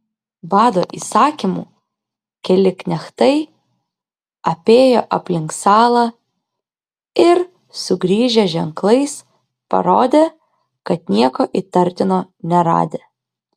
vado įsakymu keli knechtai apėjo aplink salą ir sugrįžę ženklais parodė kad nieko įtartino neradę